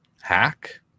Hack